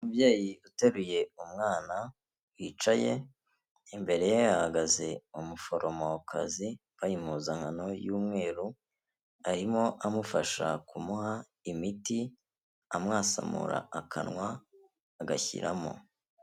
Umubyeyi uteruye umwana yicaye imbere ye hahagaze umuforomokazi wambaye impuzankano y'umweru arimo amufasha kumuha imiti amwasamura akanwa agashyiramo.